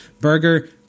Burger